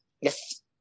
Yes